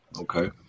Okay